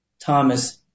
Thomas